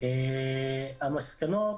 המסקנות